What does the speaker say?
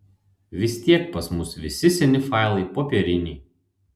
vis tiek pas mus visi seni failai popieriniai